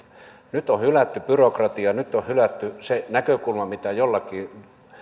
nyt on hylätty byrokratia nyt on hylätty se näkökulma mikä jollakin